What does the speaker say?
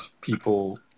people